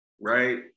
right